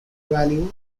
value